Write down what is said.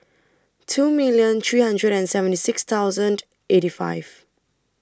two million three hundred and seventy six thousand eighty five